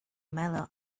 metal